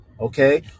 okay